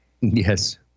Yes